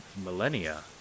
millennia